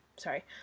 Sorry